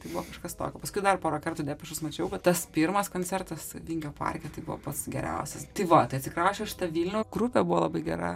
tai buvo kažkas tokio paskui dar porą kartų depešus mačiau bet tas pirmas koncertas vingio parke tai buvo pats geriausias tai va tai atsikrausčiau aš į tą vilnių grupė buvo labai gera